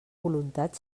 voluntat